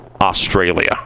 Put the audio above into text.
Australia